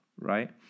right